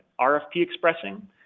RFP-expressing